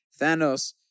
Thanos